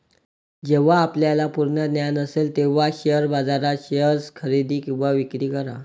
जेव्हा आपल्याला पूर्ण ज्ञान असेल तेव्हाच शेअर बाजारात शेअर्स खरेदी किंवा विक्री करा